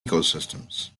ecosystems